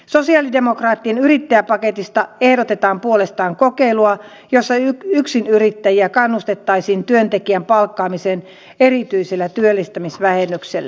sosialidemokraattien yrittäjäpaketista ehdotetaan puolestaan kokeilua jossa yksinyrittäjiä kannustettaisiin työntekijän palkkaamiseen erityisellä työllistämisvähennyksellä